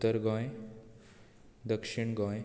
उत्तर गोंय दक्षीण गोंय